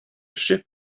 ship